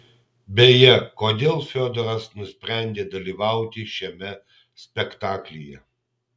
beje kodėl fiodoras nusprendė dalyvauti šiame spektaklyje